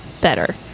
better